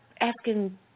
asking